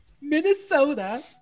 Minnesota